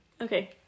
Okay